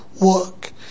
work